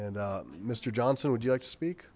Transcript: and mister johnson would you like to speak